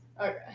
Okay